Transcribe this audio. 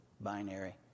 binary